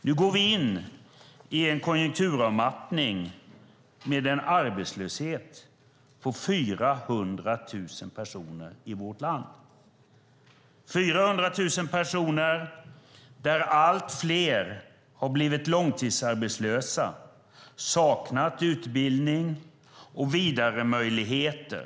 Nu går vi in i en konjunkturavmattning med en arbetslöshet på 400 000 personer i vårt land. Det är 400 000 personer där allt fler har blivit långtidsarbetslösa och saknar utbildning och vidaremöjligheter.